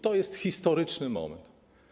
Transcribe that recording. To jest historyczny moment.